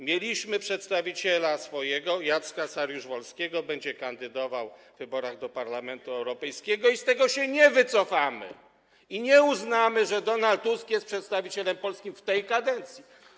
Mieliśmy swojego przedstawiciela - Jacka Saryusza-Wolskiego, który będzie kandydował w wyborach do Parlamentu Europejskiego, i z tego się nie wycofamy ani nie uznamy, że Donald Tusk jest przedstawicielem Polski w tej kadencji.